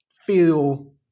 feel